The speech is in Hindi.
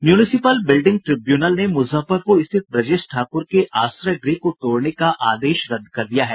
म्युनिसिपल बिल्डिंग ट्रिब्यूनल ने मुजफ्फरपुर स्थित ब्रजेश ठाकुर के आश्रय गृह को तोड़ने का आदेश रद्द कर दिया है